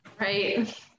Right